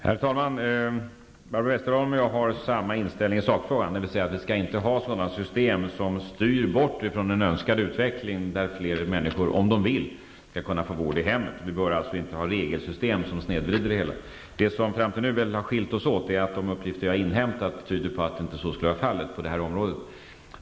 Herr talman! Barbro Westerholm och jag har samma inställning i sakfrågan, dvs. att vi inte skall ha sådana system som styr bort från den önskade utveckling som innebär att fler människor, om de vill, skall kunna få vård i hemmet. Vi bör alltså inte ha regelsystem som snedvrider det hela. Det som framför allt har skilt oss åt är att de uppgifter som jag har inhämtat tyder på att så inte är fallet på det här området.